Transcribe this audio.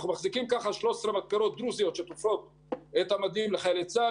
אנחנו מחזיקים כך 13 מתפרות דרוזיות שתופרות את המדים לחיילי צה"ל.